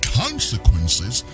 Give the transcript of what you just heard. consequences